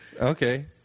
okay